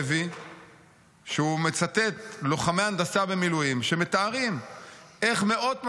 והוא מצטט לוחמי הנדסה במילואים שמתארים איך מאות משאיות,